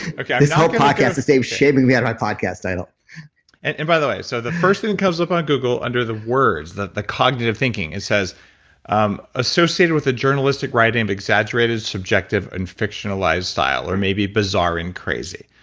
and this whole podcast is named shaming me on my podcast title and and by the way, so the first thing that comes up on google under the words, the the cognitive thinking, it says um associated with the journalistic writing of exaggerated, subjective, and fictional lifestyle or maybe bizarre and crazy.